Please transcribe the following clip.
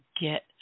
get